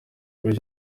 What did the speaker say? kuri